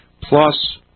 Plus